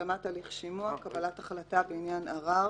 השלמת הליך שימוע, קבלת החלטה בעניין ערר